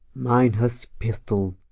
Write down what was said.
mine hoast pistoll,